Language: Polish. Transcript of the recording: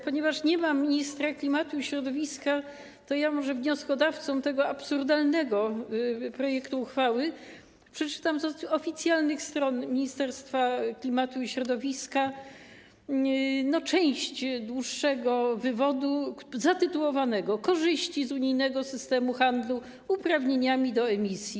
Ponieważ nie ma ministra klimatu i środowiska, to ja wnioskodawcom tego absurdalnego projektu uchwały przeczytam może z oficjalnych stron Ministerstwa Klimatu i Środowiska część dłuższego wywodu zatytułowanego „Korzyści z unijnego systemu handlu uprawnieniami do emisji”